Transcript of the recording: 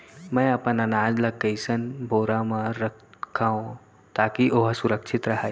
मैं अपन अनाज ला कइसन बोरा म रखव ताकी ओहा सुरक्षित राहय?